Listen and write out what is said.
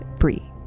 free